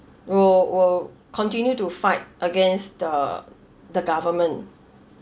will will continue to fight against the the government